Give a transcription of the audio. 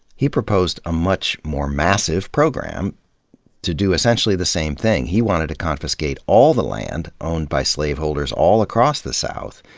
he proposed a much more massive program to do essentially the same thing. he wanted to confiscate all the land owned by slaveholders all across the south,